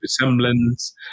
resemblance